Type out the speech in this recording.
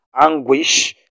Anguish